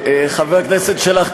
חבר הכנסת שלח,